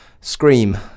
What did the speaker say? scream